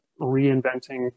reinventing